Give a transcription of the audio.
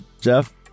Jeff